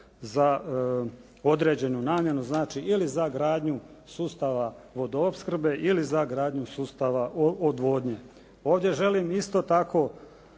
za određenu namjenu, ili za gradnju sustava vodoopskrbe ili za gradnju sustava odvodnje. Ovdje želim isto tako